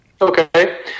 Okay